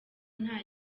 nta